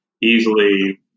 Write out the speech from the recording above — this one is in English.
easily